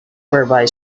whereby